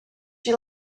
you